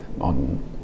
on